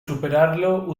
superarlo